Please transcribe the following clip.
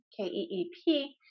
K-E-E-P